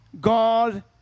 God